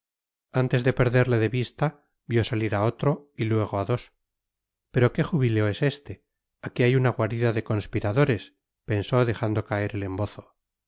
antes de perderle de vista vio salir a otro y luego a dos pero qué jubileo es este aquí hay una guarida de conspiradores pensó dejando caer el embozo vamos no